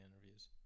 interviews